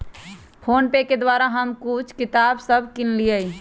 PhonePe के द्वारा हम कुछ किताप सभ किनलियइ